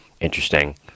Interesting